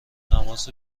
تماس